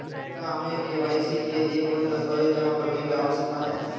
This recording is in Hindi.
क्या हमें के.वाई.सी के लिए कोई दस्तावेज़ जमा करने की आवश्यकता है?